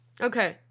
Okay